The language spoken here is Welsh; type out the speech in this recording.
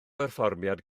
berfformiad